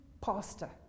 pastor